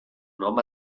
home